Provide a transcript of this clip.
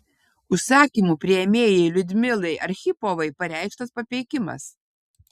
užsakymų priėmėjai liudmilai archipovai pareikštas papeikimas